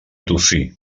tossir